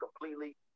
completely